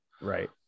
Right